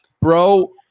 Bro